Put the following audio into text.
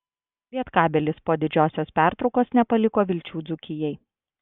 lietkabelis po didžiosios pertraukos nepaliko vilčių dzūkijai